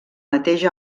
mateix